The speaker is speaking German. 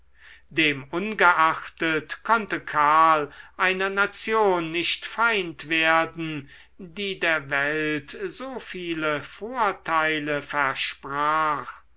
demungeachtet konnte karl einer nation nicht feind werden die der welt so viele vorteile versprach